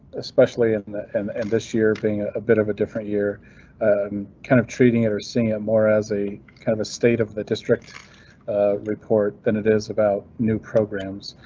especially in um and this year being ah a bit of a different year kind of treating it or see it more as a kind of state of the district report than it is about new programs,